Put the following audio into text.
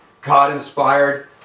God-inspired